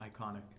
iconic